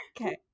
okay